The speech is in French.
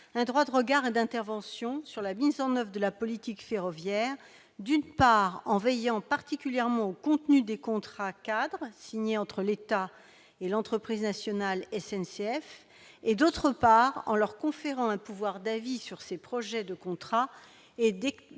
un droit de regard et d'intervention sur la mise en oeuvre de la politique ferroviaire, d'une part, en veillant particulièrement au contenu des contrats-cadres signés entre l'État et l'entreprise nationale SNCF et, d'autre part, en leur conférant un pouvoir d'avis sur ces projets de contrat et d'actualisation